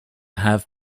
have